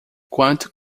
quanto